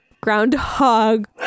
groundhog